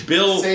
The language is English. Bill